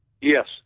Yes